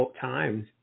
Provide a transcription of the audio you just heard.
times